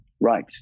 Right